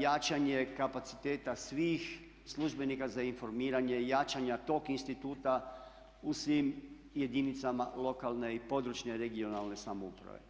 jačanje kapaciteta svih službenika za informiranje, jačanja tog instituta u svim jedinicama lokalne i područne (regionalne) samouprave.